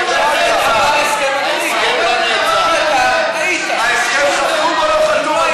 ההסכם חתום או לא חתום,